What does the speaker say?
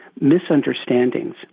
misunderstandings